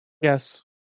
Yes